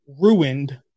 ruined